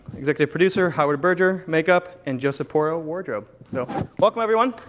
executive producer howard berger, makeup and joseph porro, wardrobe. so welcome everyone.